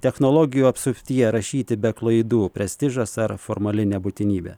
technologijų apsuptyje rašyti be klaidų prestižas ar formali nebūtinybė